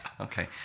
Okay